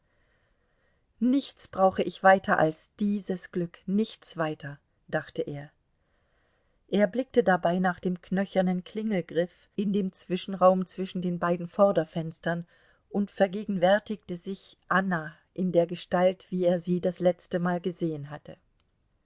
nichts brauche ich weiter als dieses glück nichts weiter dachte er er blickte dabei nach dem knöchernen klingelgriff in dem zwischenraum zwischen den beiden vorderfenstern und vergegenwärtigte sich anna in der gestalt wie er sie das letztemal gesehen hatte